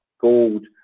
gold